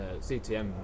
CTM